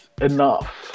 Enough